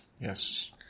Yes